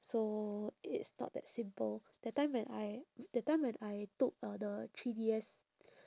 so it is not that simple that time when I that time when I took uh the three D S